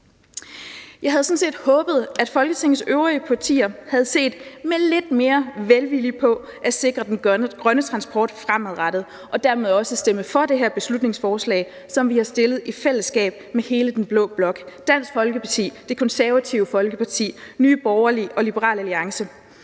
set håbet, at Folketingets øvrige partier havde set med lidt mere velvilje på at sikre den grønne transport fremadrettet og dermed også ville stemme for det her beslutningsforslag, som den blå blok – Dansk Folkeparti, Det Konservative Folkeparti, Nye Borgerlige og Liberal Alliance